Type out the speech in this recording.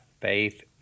faith